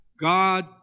God